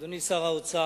אדוני שר האוצר,